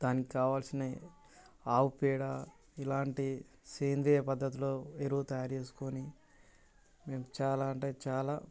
దానికి కావాలసినవి ఆవు పేడ ఇలాంటి సేంద్రీయ పద్ధతిలో ఎరువు తయారు చేసుకొని మేము చాలా అంటే చాలా